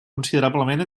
considerablement